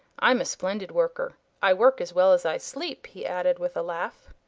i'm a splendid worker. i work as well as i sleep, he added, with a laugh.